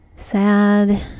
Sad